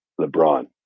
LeBron